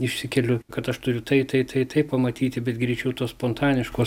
išsikeliu kad aš turiu tai tai tai tai pamatyti bet greičiau tos spontaniškos